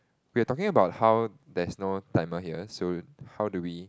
we are talking about how there's no timer here so how do we